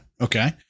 okay